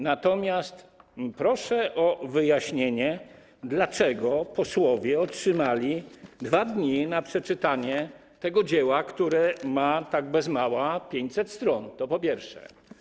Natomiast proszę o wyjaśnienie, dlaczego posłowie otrzymali 2 dni na przeczytanie tego dzieła, które ma bez mała 500 stron - to po pierwsze.